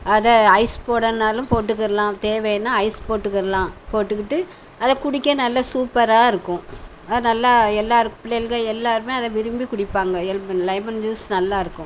அதை ஐஸ் போடணுன்னாலும் போட்டுக்கிடலாம் தேவைன்னால் ஐஸ் போட்டுக்கிடலாம் போட்டுக்கிட்டு அதை குடிக்க நல்ல சூப்பராக இருக்கும் அது நல்லா எல்லாயிருக்கும் பிள்ளைகள் எல்லோருமே அதை விரும்பி குடிப்பாங்க லெமன் ஜூஸ் நல்லா இருக்கும்